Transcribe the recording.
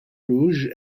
rouge